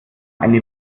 eine